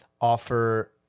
offer